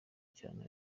cyane